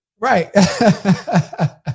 Right